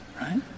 right